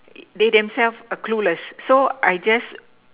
they themselves are clueless so I just